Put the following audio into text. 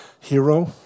hero